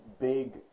big